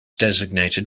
designated